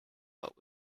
what